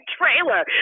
trailer